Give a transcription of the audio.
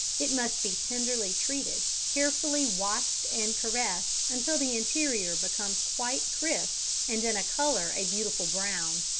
it must be tenderly treated, carefully watched and caressed, until the interior becomes quite crisp and in colour a beautiful brown.